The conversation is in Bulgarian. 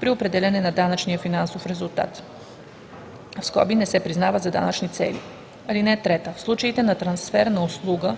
при определяне на данъчния финансов резултат (не се признава за данъчни цели). (3) В случаите на трансфер на услуга